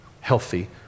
healthy